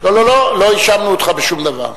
לא לא לא, לא האשמנו אותך בשום דבר.